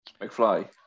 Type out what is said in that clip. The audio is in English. McFly